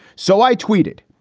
so i tweeted,